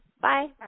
Bye